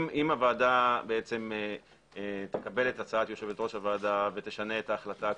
אם הוועדה תקבל את הצעת יושבת-ראש הוועדה ותשנה את ההחלטה הקודמת,